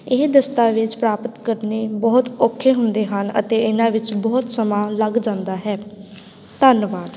ਇਹ ਦਸਤਾਵੇਜ਼ ਪ੍ਰਾਪਤ ਕਰਨੇ ਬਹੁਤ ਔਖੇ ਹੁੰਦੇ ਹਨ ਅਤੇ ਇਹਨਾਂ ਵਿੱਚ ਬਹੁਤ ਸਮਾਂ ਲੱਗ ਜਾਂਦਾ ਹੈ ਧੰਨਵਾਦ